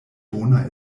bona